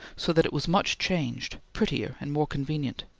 so that it was much changed, prettier, and more convenient.